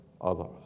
others